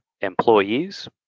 employees